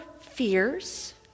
fears